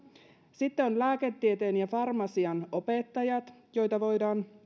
sitten ovat lääketieteen ja farmasian opettajat joita voidaan